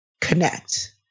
connect